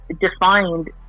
defined